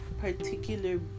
particular